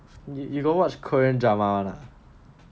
you you got watch korean drama [one] lah